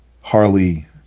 Harley